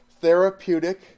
therapeutic